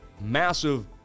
massive